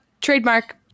trademark